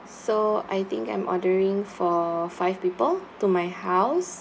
so I think I'm ordering for five people to my house